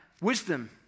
wisdom